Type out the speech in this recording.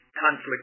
conflict